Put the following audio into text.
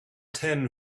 ten